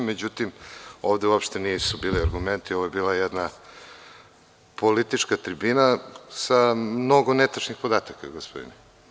Međutim, ovde uopšte nisu bili argumenti, ovo je bila jedna politička tribina sa mnogo netačnih podataka gospodine.